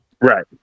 right